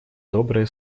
добрые